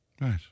Right